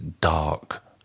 dark